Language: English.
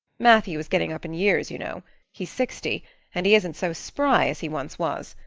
matthew is getting up in years, you know he's sixty and he isn't so spry as he once was.